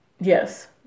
yes